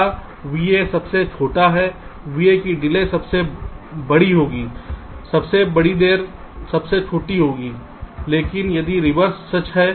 अतः v A सबसे छोटा है v A की डिले सबसे बड़ी v C होगी सबसे बड़ी देरी सबसे छोटी होगी लेकिन यदि रिवर्स सच है